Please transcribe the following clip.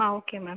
ah okay ma'am